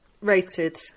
Rated